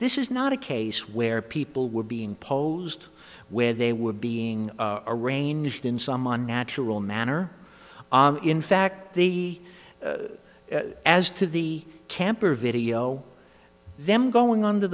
this is not a case where people were being posed where they were being arranged in some unnatural manner in fact the as to the camper video them going under